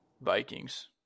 Vikings